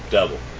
Double